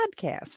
podcast